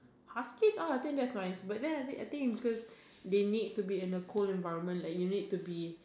husky all I think that's nice because they need to be in a cold environment like you need to be